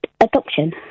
adoption